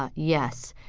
ah yes.